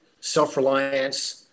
self-reliance